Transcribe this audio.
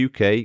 UK